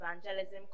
Evangelism